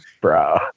bro